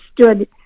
stood